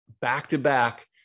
back-to-back